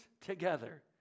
together